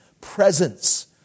presence